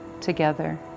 together